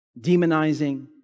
demonizing